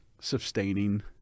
sustaining